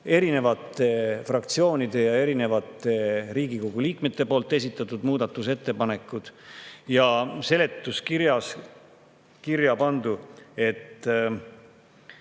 erinevate fraktsioonide ja erinevate Riigikogu liikmete esitatud muudatusettepanekud. Seletuskirjas on